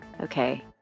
Okay